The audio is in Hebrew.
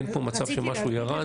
אין פה מצב שמשהו ירד.